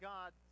God